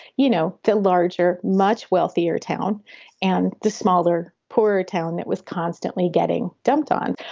you know, the larger, much wealthier town and the smaller, poorer town that was constantly getting dumped on.